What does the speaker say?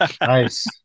Nice